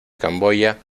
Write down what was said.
camboya